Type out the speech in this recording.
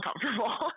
uncomfortable